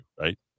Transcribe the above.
right